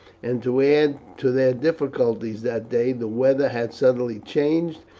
and to add to their difficulties that day the weather had suddenly changed,